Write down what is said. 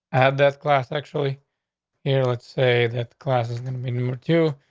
have that glass actually here. let's say that class is gonna mean you're too.